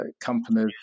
companies